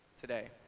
today